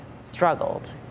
struggled